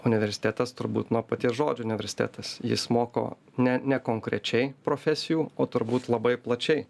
universitetas turbūt nuo paties žodžio universitetas jis moko ne ne konkrečiai profesijų o turbūt labai plačiai